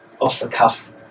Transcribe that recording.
off-the-cuff